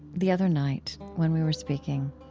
the other night when we were speaking.